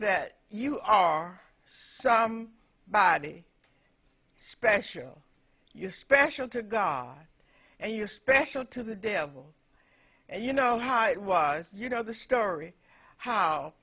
that you are some body special you're special to god and you're special to the devil and you know how it was you know the story how